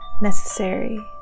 necessary